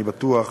אני בטוח,